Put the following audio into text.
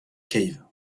cave